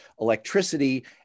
electricity